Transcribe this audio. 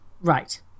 right